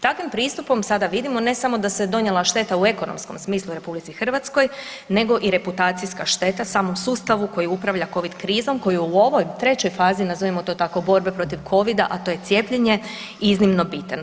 Takvim pristupom sada vidimo ne samo da se donijela šteta u ekonomskom smislu u RH nego i reputacijska šteta samom sustavu koji upravlja COVID krizom koji u ovoj, trećoj fazi nazovimo to tako borbe protiv COVID-a a to je cijepljenje, iznimno bitan.